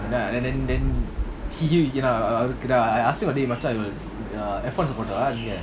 and then then he I asked him like machan